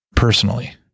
Personally